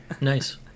Nice